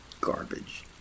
garbage